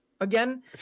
again